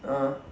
uh